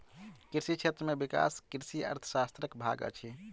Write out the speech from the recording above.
कृषि क्षेत्र में विकास कृषि अर्थशास्त्रक भाग अछि